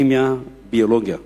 כימיה, ביולוגיה.